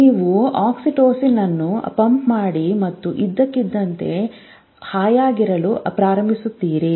ನೀವು ಆಕ್ಸಿಟೋಸಿನ್ ಅನ್ನು ಪಂಪ್ ಮಾಡಿ ಮತ್ತು ಇದ್ದಕ್ಕಿದ್ದಂತೆ ಹಾಯಾಗಿರಲು ಪ್ರಾರಂಭಿಸುತ್ತೀರಿ